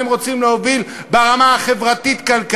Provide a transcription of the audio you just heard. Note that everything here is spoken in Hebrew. הם רוצים להוביל ברמה החברתית-כלכלית,